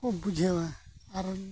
ᱠᱚ ᱵᱩᱡᱷᱟᱹᱣᱟ ᱟᱨ